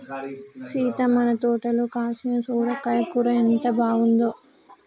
సీత మన తోటలో కాసిన సొరకాయ కూర ఎంత బాగుందో